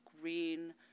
green